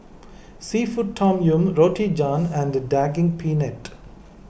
Seafood Tom Yum Roti John and Daging Penyet